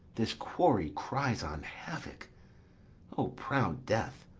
this quarry cries on havoc o proud death,